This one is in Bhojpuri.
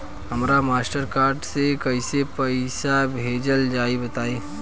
हमरा मास्टर कार्ड से कइसे पईसा भेजल जाई बताई?